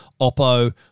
Oppo